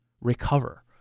recover